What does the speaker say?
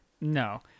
No